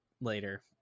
later